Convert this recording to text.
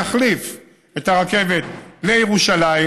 יחליף את הרכבת לירושלים,